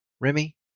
Remy